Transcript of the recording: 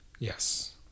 Yes